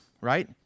right